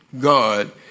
God